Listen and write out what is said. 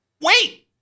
Wait